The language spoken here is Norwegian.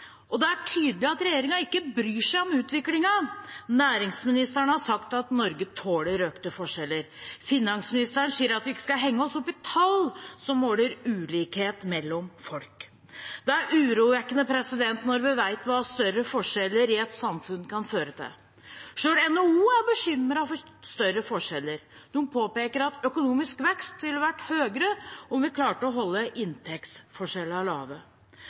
og det er tydelig at regjeringen ikke bryr seg om utviklingen. Næringsministeren har sagt at Norge tåler økte forskjeller. Finansministeren sier at vi ikke skal henge oss opp i tall som måler ulikhet mellom folk. Det er urovekkende når vi vet hva større forskjeller i et samfunn kan føre til. Selv NHO er bekymret over større forskjeller og påpeker at den økonomiske veksten ville vært høyere om vi klarte å holde inntektsforskjellene lave.